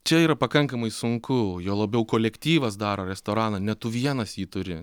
čia yra pakankamai sunku juo labiau kolektyvas daro restoraną ne tu vienas jį turi